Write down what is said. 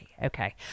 Okay